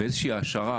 ואיזושהי השערה,